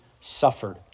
suffered